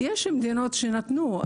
הרשימה הערבית המאוחדת): יש מדינות שנתנו,